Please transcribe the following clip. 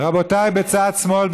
רבותיי בצד שמאל,